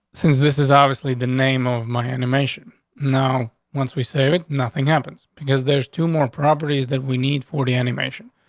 since this is obviously the name of my animation know, once we say that nothing happens because there's two more properties that we need for the animation.